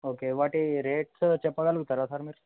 okay వాటి rates చెప్పగలుగుతారా sir మీరు